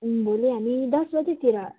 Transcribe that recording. भोलि हामी दस बजीतिर